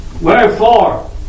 wherefore